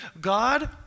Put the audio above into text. God